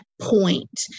point